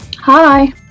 Hi